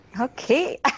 Okay